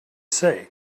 say